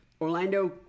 Orlando